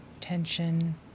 tension